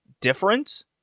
different